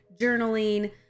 journaling